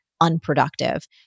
unproductive